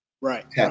Right